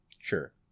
sure